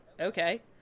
okay